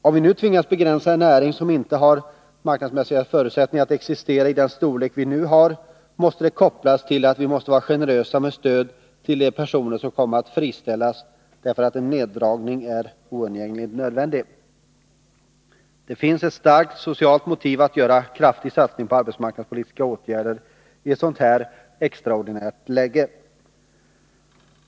Om vi nu tvingas begränsa en näring som inte har marknadsmässiga förutsättningar att existera i den storlek som den nu har, måste det kopplas till att vi är generösa med stöd till de personer som kommer att friställas därför att en neddragning är oundgängligen nödvändig. Det finns ett starkt socialt motiv för att göra en kraftig satsning på arbetsmarknadspolitiska åtgärder i ett sådant här extraordinärt läge.